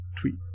tweet